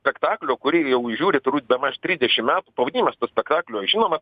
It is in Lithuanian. spektaklio kurį jau žiūri turbūt bemaž trisdešim metų pavadinimas to spektaklio žinomas